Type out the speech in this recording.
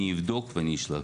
אני אבדוק ואני אשלח.